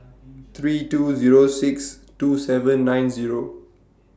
three two Zero six two seven nine Zero